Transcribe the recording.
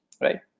right